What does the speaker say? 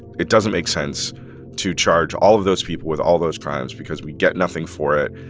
it doesn't make sense to charge all of those people with all those crimes because we get nothing for it.